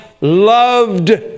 loved